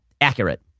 Accurate